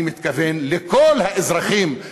אני מתכוון לכל האזרחים,